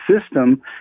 system